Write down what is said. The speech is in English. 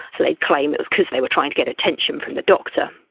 so they'd claim it was because they were trying to get attention from the doctor.